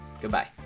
Goodbye